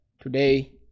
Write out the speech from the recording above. Today